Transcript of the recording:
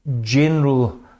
general